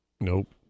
nope